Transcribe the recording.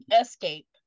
escape